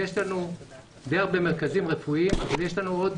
יש לנו די הרבה מרכזים רפואיים אבל יש לנו עוד